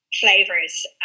flavors